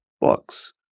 books